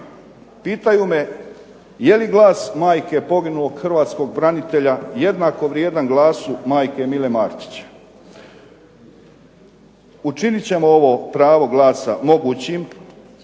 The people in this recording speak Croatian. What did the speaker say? pitaju me je li glas majke poginulog hrvatskog branitelja jednako vrijedan glasu majke Mile Marčića? Učinit ćemo ovo pravo glasa mogućim,